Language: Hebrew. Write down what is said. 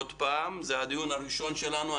זה הדיון הראשון שלנו.